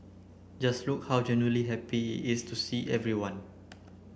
just look how genuinely happy is to see everyone